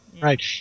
Right